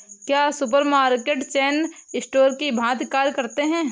क्या supermarket chain store की भांति कार्य करते हैं?